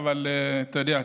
אבל אתה יודע,